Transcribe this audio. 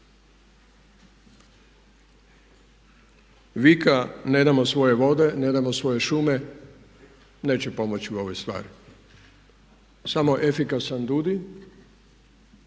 Vika ne damo svoje vode, ne damo svoje šume neće pomoći u ovoj stvari, samo efikasan DUDI,